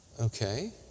Okay